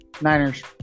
Niners